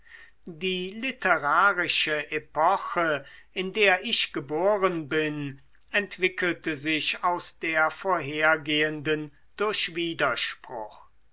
die literarische epoche in der ich geboren bin entwickelte sich aus der vorhergehenden durch widerspruch